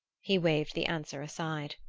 he waved the answer aside.